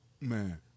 Man